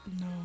No